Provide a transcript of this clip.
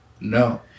No